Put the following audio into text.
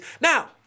Now